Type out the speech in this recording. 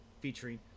featuring